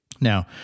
Now